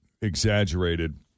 exaggerated